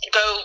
go